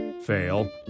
fail